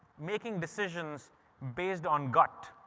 making decisions based on gut